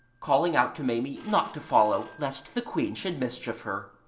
calling out to maimie not to follow lest the queen should mischief her.